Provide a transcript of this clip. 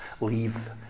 leave